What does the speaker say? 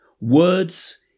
words